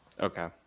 okay